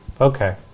okay